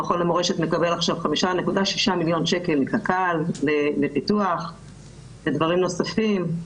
המכון למורשת מקבל עכשיו 5.6 מיליון שקלים מקק"ל לפיתוח ודברים נוספים,